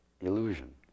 illusion